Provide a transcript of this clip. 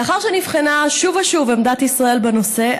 לאחר שנבחנה שוב ושוב עמדת ישראל בנושא,